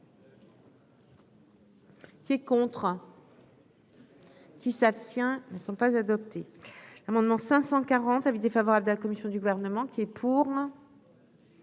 C'est contre. Qui s'abstient ne ne sont pas adopté l'amendement 540 avis défavorable de la commission du gouvernement qui est pour.